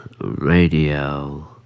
Radio